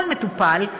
כל מטופל,